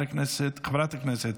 חברת הכנסת